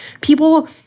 People